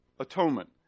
atonement